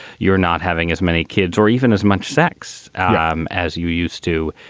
you're not having as many kids or even as much sex um as you used to.